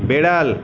বেড়াল